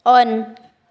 on